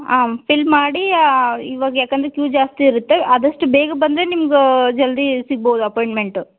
ಹಾಂ ಫಿಲ್ ಮಾಡಿ ಇವಾಗ ಯಾಕಂದರೆ ಕ್ಯೂ ಜಾಸ್ತಿ ಇರುತ್ತೆ ಆದಷ್ಟು ಬೇಗ ಬಂದರೆ ನಿಮ್ಗೆ ಜಲ್ದಿ ಸಿಗ್ಬೋದು ಅಪಾಯಿಂಟ್ಮೆಂಟು